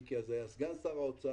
מיקי לוי היה אז סגן שר האוצר,